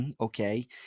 okay